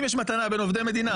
אם יש מתנה בין עובדי מדינה,